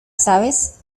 sabes